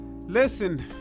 Listen